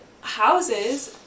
houses